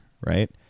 Right